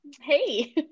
Hey